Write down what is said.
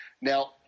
Now